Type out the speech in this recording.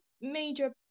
major